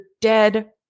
dead